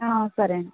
సరే